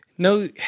No